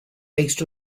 based